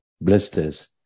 Blisters